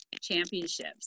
Championships